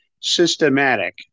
systematic